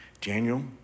Daniel